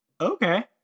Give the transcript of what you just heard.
Okay